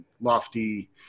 lofty